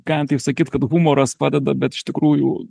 galim taip sakyt kad humoras padeda bet iš tikrųjų